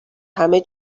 همه